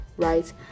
right